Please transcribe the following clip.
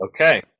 Okay